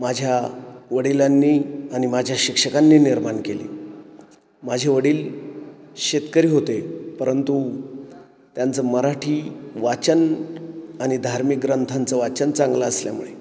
माझ्या वडिलांनी आणि माझ्या शिक्षकांनी निर्माण केली माझे वडील शेतकरी होते परंतु त्यांचं मराठी वाचन आणि धार्मिक ग्रंथांचं वाचन चांगलं असल्यामुळे